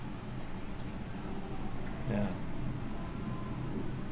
ya